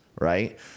Right